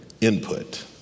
input